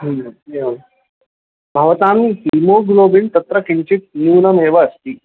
एवं भवतां हीमोग्लोबिन् तत्र किञ्चित् न्यूनमेव अस्ति